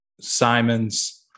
Simons